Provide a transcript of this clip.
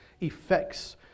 effects